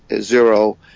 zero